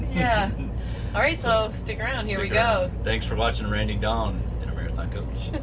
yeah all right, so stick around, here we go! thanks for watching randy, dawn and a marathon coach!